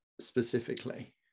specifically